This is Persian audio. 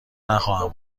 نخواهم